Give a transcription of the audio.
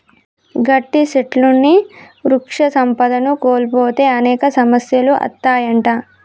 గట్టి సెట్లుని వృక్ష సంపదను కోల్పోతే అనేక సమస్యలు అత్తాయంట